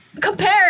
compare